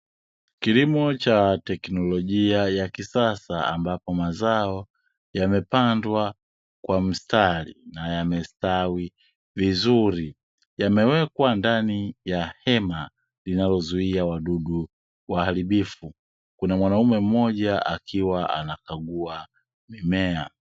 Kilimo cha teknolojia ya kisasa, ambapo mazao yamepandwa kwa mstari na yamestawi vizuri. Yamewekwa ndani ya hema linalozuia wadudu waharibifu. Kuna mwanaume mmoja akiwa anakagua mimea.